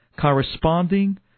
corresponding